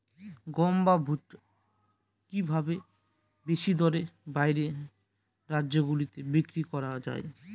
গম বা ভুট্ট কি ভাবে বেশি দরে বাইরের রাজ্যগুলিতে বিক্রয় করা য়ায়?